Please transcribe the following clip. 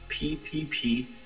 PPP